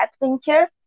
adventure